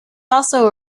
also